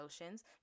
emotions